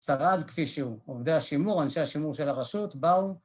שרד כפי שהוא. עובדי השימור, אנשי השימור של הרשות, באו